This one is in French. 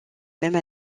même